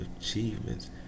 achievements